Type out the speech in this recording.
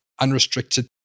unrestricted